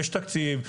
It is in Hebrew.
יש תקציב,